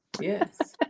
yes